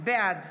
בעד